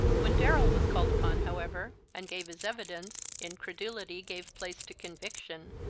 when darrell was called upon, however, and gave his evidence, incredulity gave place to conviction.